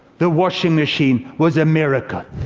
the washing machine was a miracle.